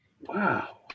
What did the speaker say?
Wow